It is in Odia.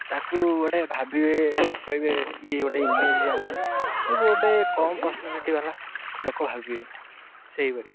ତାକୁ ଗୋଟେ ଭାବିବେ କହିବେ ଇଏ ଗୋଟେ ଇଂରାଜୀ ଜାଣିନି ତାକୁ ଗୋଟେ କମ୍ ପର୍ସନାଲିଟିବାଲା ଲୋକ ଭାବିବେ ସେହିପରି